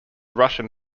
russian